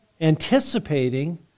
Anticipating